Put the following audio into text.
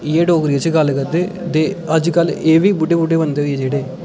इ'यै डोगरी च गल्ल करदे ते अजकल एह् बी बुड्ढे बुड्ढे बंदे होई गे जेह्ड़े